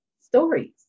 stories